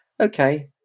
okay